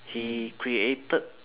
he created